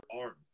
arm